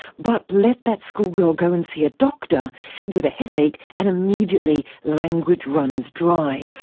but let that schoolgirl go and see a doctor with a headache, and immediately language runs dry.